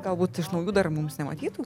galbūt iš naujų dar mums nematytų